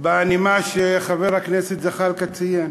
בנימה שחבר הכנסת זחאלקה ציין.